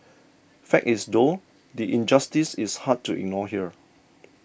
fact is though the injustice is hard to ignore here